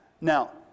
Now